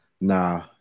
Nah